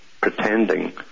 pretending